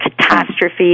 catastrophe